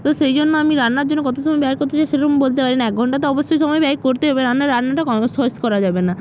তো সেই জন্য আমি রান্নার জন্য কত সময় ব্যয় করতে চাই সেরকম বলতে পারি না এক ঘণ্টা তো অবশ্যই সময় ব্যয় করতে হবে রান্না রান্নাটা শেষ করা যাবে না